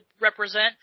represent